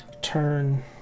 turn